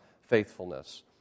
faithfulness